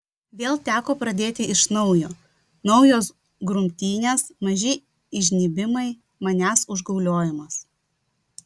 vėl teko pradėti iš naujo naujos grumtynės maži įžnybimai manęs užgauliojimas